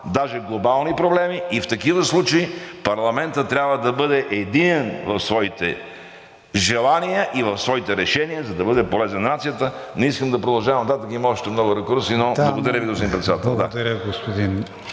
даже глобални проблеми, и в такива случаи парламентът трябва да бъде единен в своите желания и в своите решения, за да бъде полезен на нацията. Не искам да продължавам нататък. Има още много ракурси. Благодаря Ви, господин Председател.